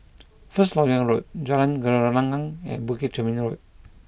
First Lok Yang Road Jalan Gelenggang and Bukit Chermin Road